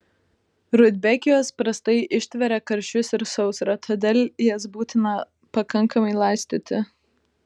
rudbekijos prastai ištveria karščius ir sausrą todėl jas būtina pakankamai laistyti